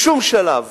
בשום שלב